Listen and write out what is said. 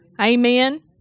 Amen